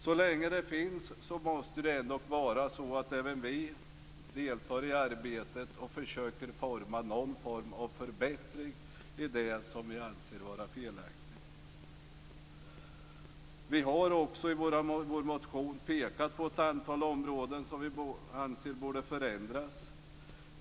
Så länge det finns, måste det ändå vara så att även vi deltar i arbetet och försöker forma någon form av förbättring i det som vi anser vara felaktigt. Vi har också i vår motion pekat på ett antal områden som vi anser borde förändras.